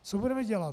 Co budeme dělat?